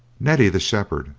neddy, the shepherd,